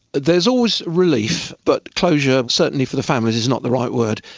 there's always relief, but closure certainly for the families is not the right word.